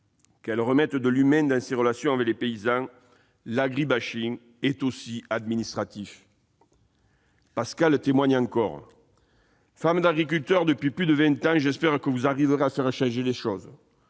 qu'elle remette de l'humain dans ses relations avec les paysans. L'agribashing est aussi administratif. » Pascale témoigne :« Femme d'agriculteur depuis plus de vingt ans, j'espère que vous arriverez à faire changer les choses.